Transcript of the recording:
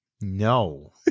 No